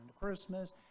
Christmas